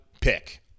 pick